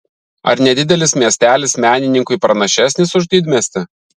ar nedidelis miestelis menininkui pranašesnis už didmiestį